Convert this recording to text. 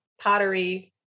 pottery